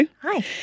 Hi